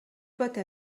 pote